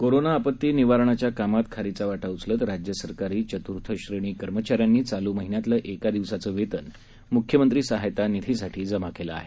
corona आपती निवारणाच्या कामात खारीचा वाटा उचलत राज्य सरकारी चत्र्श्रेणी कर्मचाऱ्यांनी चालू महिन्यातलं एक दिवसाचं वेतन मुख्यमंत्री सहाय्यता निधीसीठी जमा केलं आहे